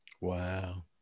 Wow